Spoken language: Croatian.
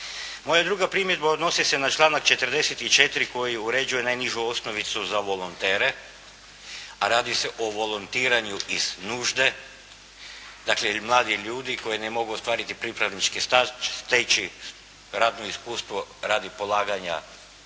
Moja druga primjedba odnosi se na članak 44. koji uređuje najnižu osnovicu za volontere, a radi se o volontiranju iz nužde. Dakle, mladi ljudi koji ne mogu ostvariti pripravnički staž, steći radno iskustvo radi polaganja